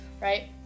right